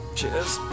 Cheers